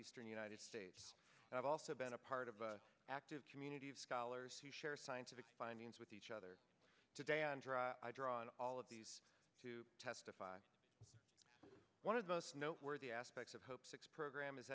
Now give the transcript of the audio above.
eastern united states and i've also been a part of an active community of scholars who share scientific findings with each other today on draw i draw on all of these to testify one of us know where the aspects of hope six program is